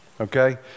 okay